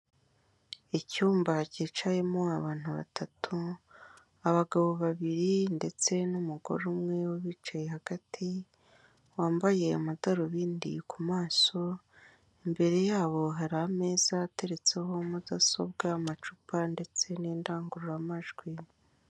Icyumba cyicayemo abantu batatu abagabo babiri ndetse n'umugore umwe ubicaye hagati wambaye amadarubindi ku maso, imbere yabo hari ameza ateretseho mudasobwa amacupa ndetse n'indangururamajwi.